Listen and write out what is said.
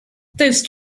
those